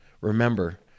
remember